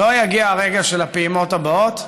לא יגיע הרגע של הפעימות הבאות,